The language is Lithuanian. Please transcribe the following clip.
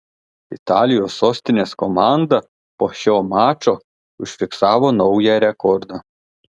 italijos sostinės komanda po šio mačo užfiksavo naują rekordą